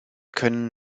können